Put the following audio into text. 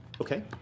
Okay